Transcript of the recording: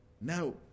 Now